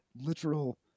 literal